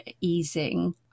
easing